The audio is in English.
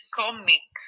comic